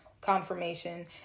confirmation